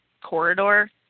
corridor